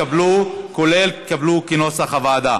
כולל, התקבלו כנוסח הוועדה.